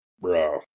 bro